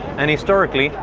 and historically,